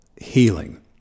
healing